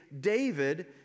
David